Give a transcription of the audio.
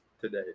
today